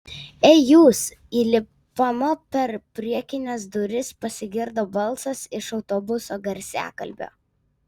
ei jūs įlipama per priekines duris pasigirdo balsas iš autobuso garsiakalbio